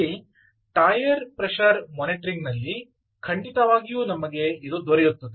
ಇಲ್ಲಿ tyre pressure ಮಾನಿಟರಿಂಗ್ನಲ್ಲಿ ಖಂಡಿತವಾಗಿಯೂ ನಮಗೆ ದೊರೆಯುತ್ತದೆ